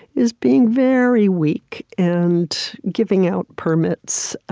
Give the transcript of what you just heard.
is being very weak and giving out permits,